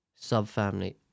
Subfamily